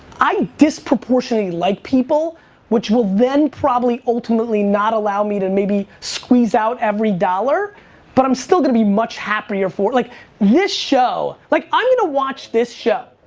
i disproportionally like people which will then probably ultimately not allow me to maybe squeeze out every dollar but i'm still going to be much happier for it. like this show, like i'm going to watch this show.